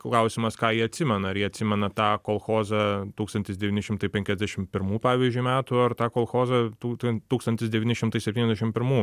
klausimas ką jie atsimena ar jie atsimena tą kolchozą tūkstantis devyni šimtai penkiasdešim pirmų pavyzdžiui metų ar tą kolchozą tų tūkstantis devyni šimtai septyniasdešim pirmų